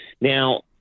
Now